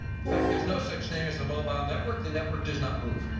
in fact, there's no such thing as a mobile network. the network does not move.